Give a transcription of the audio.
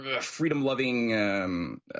freedom-loving